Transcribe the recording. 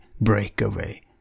breakaway